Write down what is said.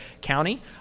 County